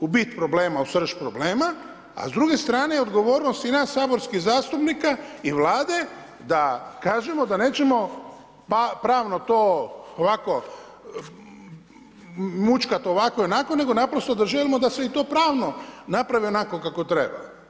u bit problema u srž problema, a s druge strane odgovornost i nas saborskih zastupnika i Vlade da kažemo da nećemo pravno to ovako mućkat ovako ili onako nego naprosto da želimo da se to i pravno napravi onako kako treba.